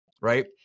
right